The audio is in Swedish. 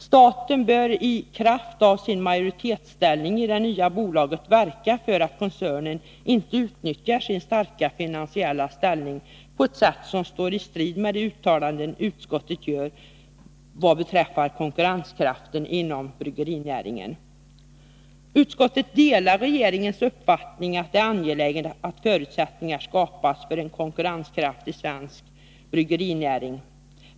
Staten bör i kraft av sin majoritetsställning i det nya bolaget verka för att koncernen inte utnyttjar sin starka finansiella ställning på ett sätt som står i strid med de uttalanden utskottet gör vad beträffar konkurrenskraften inom bryggerinäringen. Utskottet delar regeringens uppfattning att det är angeläget att förutsättningar skapas för en konkurrenskraftig svensk bryggerinäring.